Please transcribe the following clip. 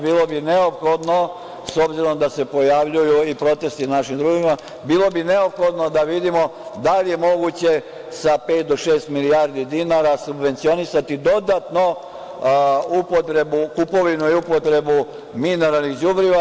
Bilo bi neophodno, s obzirom da se pojavljuju i protesti na našim drumovima, bilo bi neophodno da vidimo da li je moguće sa pet do šest milijardi dinara subvencionisati dodatno kupovinu i upotrebu mineralnih đubriva.